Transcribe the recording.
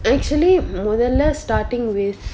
I actually மொதல்ல:modalla starting with